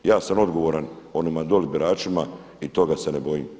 Ja sam odgovoran onim dolje biračima i toga se ne bojim.